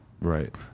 Right